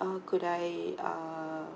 uh could I uh